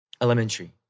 elementary